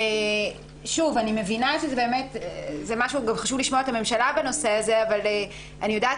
חשוב לשמוע את הממשלה בנושא הזה אבל אני יודעת